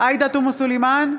עאידה תומא סלימאן,